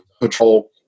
patrol